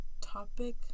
topic